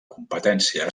competència